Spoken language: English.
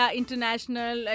international